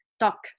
talk